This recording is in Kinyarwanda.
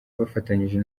bafatanyije